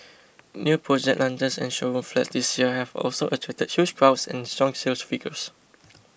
new project launches and showroom flats this year have also attracted huge crowds and strong sales figures